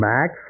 Max